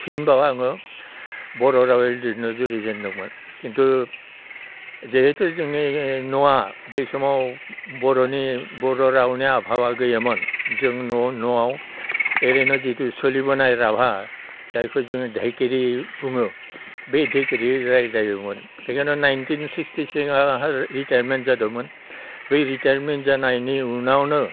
फिनबाव आङो बर' रावै लिरनो जुरिजेनदोंमोन खिन्थु जिहैथु जोंनि न'आ बे समाव बर'नि बर' रावनि आबहावा गैयामोन जों न'आव एरैनो जिथु सोलिबोनाय रावा जायखौ जोङो धैखिरि बुङो बे धैखिरि रायज्लायोमोन बेनिखायनो नाइनटिन सिक्सटि सिमावहाय रिटायारमेन्ट जादोंमोन बै रिटायारमेन्ट जानायनि उनावनो